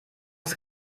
ist